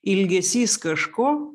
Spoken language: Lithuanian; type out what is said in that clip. ilgesys kažko